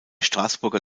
straßburger